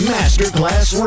Masterclass